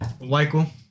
Michael